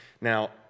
Now